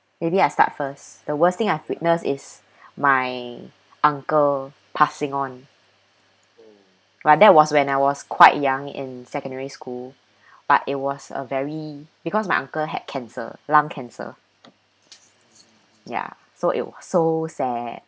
maybe I start first the worst thing I've witnessed is my uncle passing on but that was when I was quite young in secondary school but it was a very because my uncle had cancer lung cancer ya so it was so sad